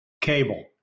Cable